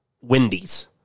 Wendy's